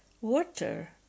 water